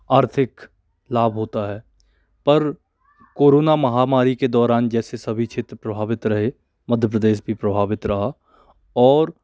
आर्थिक लाभ होता है पर कोरोना महामारी के दौरान जैसे सभी क्षेत्र प्रभावित रहे मध्य प्रदेश भी प्रभावित रहा और